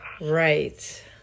right